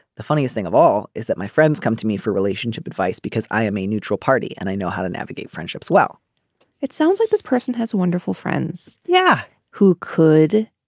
the funniest thing of all is that my friends come to me for relationship advice because i am a neutral party and i know how to navigate friendships well it sounds like this person has wonderful friends. yeah who could